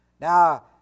Now